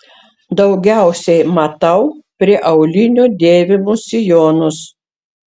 daugiausiai matau prie aulinių dėvimus sijonus